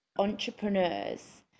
entrepreneurs